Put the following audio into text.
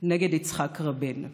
נגד יצחק רבין.